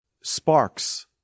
sparks